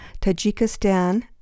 tajikistan